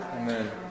Amen